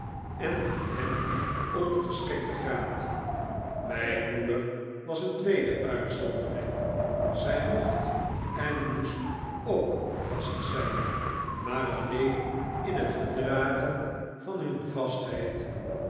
en aan hem ondergeschikten graad mijn moeder was een tweede uitzondering zij mocht en moest ook vast zijn maar alleen in het verdragen van hun vastheid